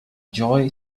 joy